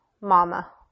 mama